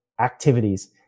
activities